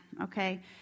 okay